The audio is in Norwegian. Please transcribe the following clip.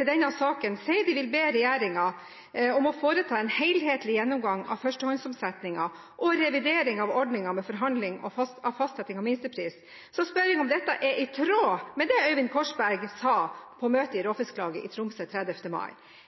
til denne saken sier at de vil be regjeringen om å foreta en helhetlig gjennomgang av førstehåndsomsetningen og revidering av ordningen med fastsetting av minstepris, spør jeg om dette er i tråd med det Øyvind Korsberg sa på møtet i Råfisklaget i Tromsø 30. mai,